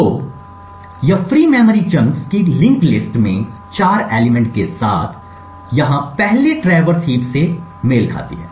तो यह free memory chunks की लिंक्ड लिस्ट में 4 एलिमेंट के साथ यहां पहले ट्रैवर्स हीप से मेल खाती है